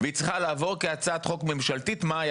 תן להם טיפה יותר קרדיט שהם יודעים מה הם